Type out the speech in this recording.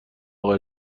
اقا